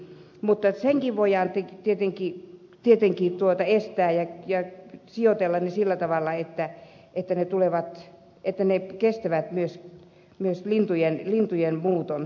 mutta sekin voidaan tietenkin estää ja sijoitella ne sillä tavalla että ne kestävät myös lintujen muuton